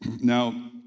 Now